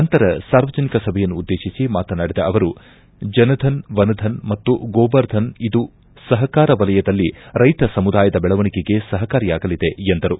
ನಂತರ ಸಾರ್ವಜನಿಕ ಸಭೆಯನ್ನು ಉದ್ದೇತಿಸಿ ಮಾತನಾಡಿದ ಅವರು ಜನ್ಧನ್ ವನ್ ಧನ್ ಮತ್ತು ಗೋಬರ್ ಧನ್ ಇದು ಸಹಕಾರ ವಲಯದಲ್ಲಿ ರೈತ ಸಮುದಾಯದ ಬೆಳವಣಿಗೆಗೆ ಸಹಕಾರಿಯಾಗಲಿದೆ ಎಂದರು